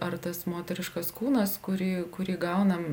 ar tas moteriškas kūnas kurį kurį gaunam